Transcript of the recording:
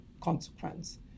consequence